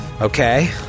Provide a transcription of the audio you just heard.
Okay